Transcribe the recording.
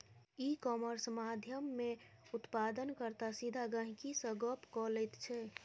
इ कामर्स माध्यमेँ उत्पादन कर्ता सीधा गहिंकी सँ गप्प क लैत छै